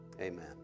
Amen